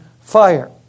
fire